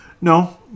No